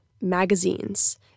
magazines